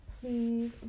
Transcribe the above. please